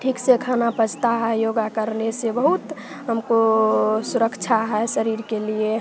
ठीक से खाना पचता है योगा करने से बहुत हमको सुरक्षा है शरीर के लिए